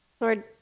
Lord